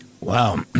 Wow